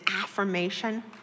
affirmation